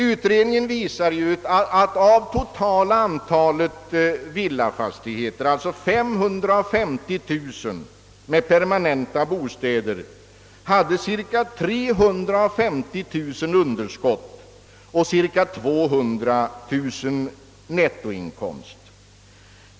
Utredningen visar att av det totala antalet villafastigheter med permanenta bostäder, alltså 550 000, hade cirka 350 000 underskott och cirka 200 000 nettoinkomst.